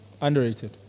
Underrated